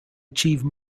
achieve